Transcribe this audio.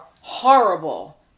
horrible